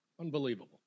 Unbelievable